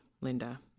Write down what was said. Linda